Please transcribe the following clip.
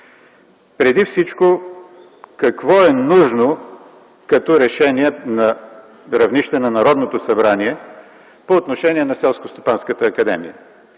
Преди всичко какво е нужно като решение на равнище Народно събрание по отношение на Селскостопанската академия?